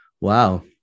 wow